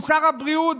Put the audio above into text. הוא שר הבריאות.